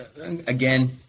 Again